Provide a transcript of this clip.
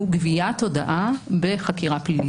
הוא גביית הודעה בחקירה פלילית.